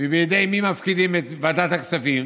ובידי מי מפקידים את ועדת הכספים.